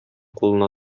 кулына